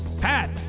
Pat